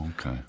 Okay